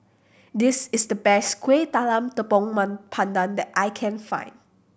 this is the best Kuih Talam tepong pandan that I can find